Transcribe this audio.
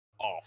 off